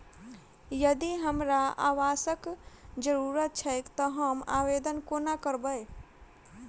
यदि हमरा आवासक जरुरत छैक तऽ हम आवेदन कोना करबै?